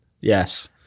Yes